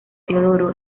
teodoro